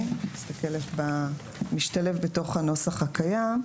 זה משתלב בתוך הנוסח הקיים.